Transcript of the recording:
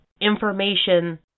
information